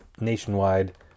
nationwide